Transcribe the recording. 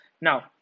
Now